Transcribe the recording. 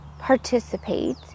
participate